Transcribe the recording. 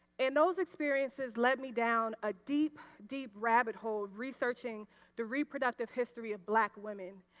and those experiences led me down a deep deep rabbit hole researching the reproductive history of black women.